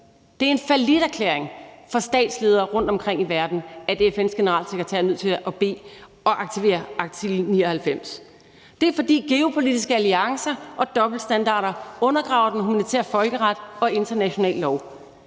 Det er en falliterklæring for statsledere rundtomkring i verden, at FN's generalsekretær er nødt til at aktivere artikel 99. Det sker, fordi geopolitiske alliancer og dobbeltstandarder undergraver den humanitære folkeret og international lov.